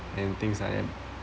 and things like that